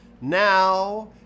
now